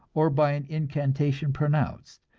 or by an incantation pronounced,